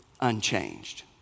unchanged